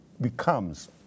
becomes